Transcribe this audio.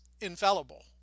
infallible